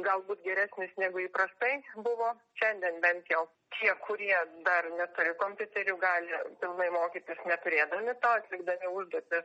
galbūt geresnis negu įprastai buvo šiandien bent jau tie kurie dar neturi kompiuterių gali pilnai mokytis neturėdami to atlikdami užduotis